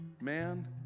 man